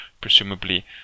presumably